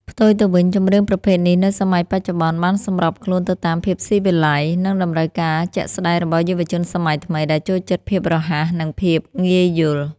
ផ្ទុយទៅវិញ ចម្រៀងប្រភេទនេះ នៅសម័យបច្ចុប្បន្ន បានសម្របខ្លួនទៅតាមភាពស៊ីវិល័យ និងតម្រូវការជាក់ស្ដែងរបស់យុវជនសម័យថ្មី ដែលចូលចិត្តភាពរហ័ស និងភាពងាយយល់។